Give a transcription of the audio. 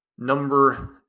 number